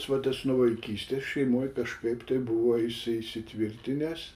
vat aš nuo vaikystės šeimoj kažkaip tai buvau įsi įsitvirtinęs